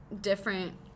different